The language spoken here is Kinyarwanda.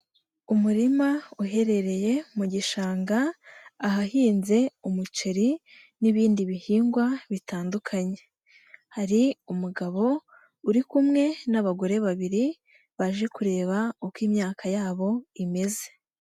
Umurima uherereye mu gishanga, ahahinze umuceri n'ibindi bihingwa bitandukanye, hari umugabo uri kumwe n'abagore babiri baje kureba uko imyaka yabo imeze.